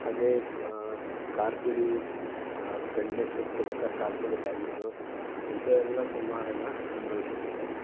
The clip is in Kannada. ಹಾಗೇ ಖಾರದ ಪುಡಿ ಕಣ್ಣು ತುರ್ಸ್ಕೊಬೇಕಾರೆ ಖಾರದ ಪುಡಿ ತಾಗಿದ್ದು ಇಂಥದ್ದೆಲ್ಲ ಸುಮಾರನ್ನು ಅನ್ಭವಿಸಿದ್ದೇನೆ